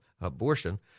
abortion